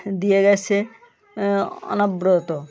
দিয়ে গিয়েছে অনবরত